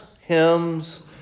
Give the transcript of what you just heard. hymns